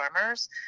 farmers